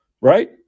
right